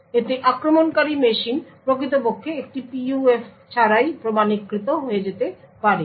এতে আক্রমণকারী মেশিন প্রকৃতপক্ষে একটি PUF ছাড়াই প্রমাণীকৃত হয়ে যেতে পারে